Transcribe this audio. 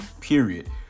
period